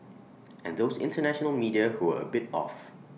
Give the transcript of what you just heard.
and those International media who were A bit off